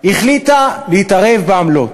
החליטה להתערב בעמלות.